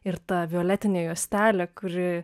ir ta violetinė juostelė kuri